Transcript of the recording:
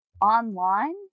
Online